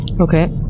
Okay